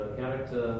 character